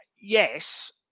yes